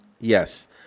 Yes